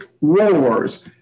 wars